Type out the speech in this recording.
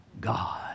God